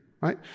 right